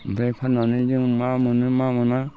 ओमफ्राय फाननानै जों मा मोनो मा मोना